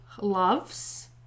loves